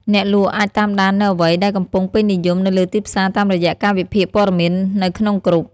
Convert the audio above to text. អ្នកលក់អាចតាមដាននូវអ្វីដែលកំពុងពេញនិយមនៅលើទីផ្សារតាមរយៈការវិភាគព័ត៌មាននៅក្នុងគ្រុប។